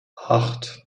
acht